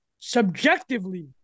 Subjectively